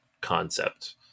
concept